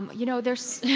um you know, there's.